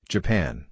Japan